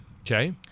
Okay